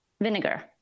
vinegar